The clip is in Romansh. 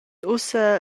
ussa